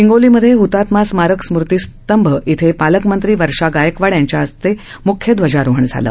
हिंगोलीमधे हतात्मा स्मारक स्मृतिस्तंभ इथं पालकमंत्री वर्षा गायकवाड यांच्या हस्ते मुख्य ध्वजारोहण झालं